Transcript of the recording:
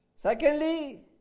Secondly